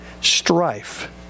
strife